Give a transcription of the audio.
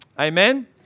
Amen